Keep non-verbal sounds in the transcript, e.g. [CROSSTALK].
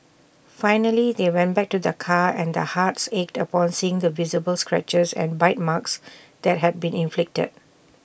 finally they went back to their car and their hearts ached upon seeing the visible scratches and bite marks [NOISE] that had been inflicted